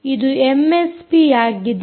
ಇದು ಎಮ್ಎಸ್ಪಿಯಾಗಿದೆ